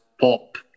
pop